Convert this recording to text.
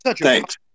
thanks